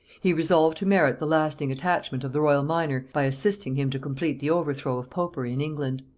he resolved to merit the lasting attachment of the royal minor by assisting him to complete the overthrow of popery in england.